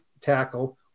tackle